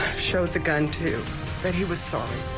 showed the gun to that he was sorry.